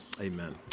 Amen